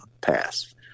pass